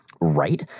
Right